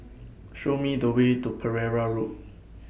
Show Me The Way to Pereira Road